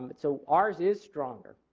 but so ours is stronger.